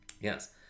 yes